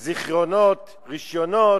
זיכיונות, רשיונות.